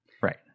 right